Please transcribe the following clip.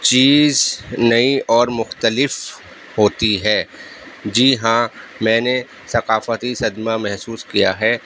چیز نئی اور مختلف ہوتی ہے جی ہاں میں نے ثقافتی صدمہ محسوس کیا ہے